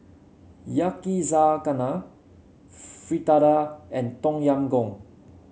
Yakizakana Fritada and Tom Yam Goong